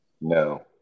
No